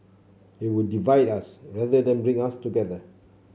it would divide us rather than bring us together